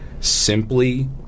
simply